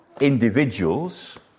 individuals